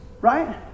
Right